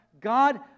God